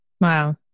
Wow